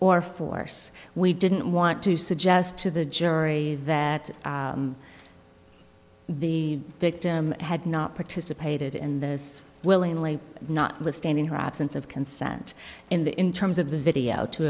or force we didn't want to suggest to the jury that the victim had not participated in this willingly notwithstanding her absence of consent in the in terms of the video to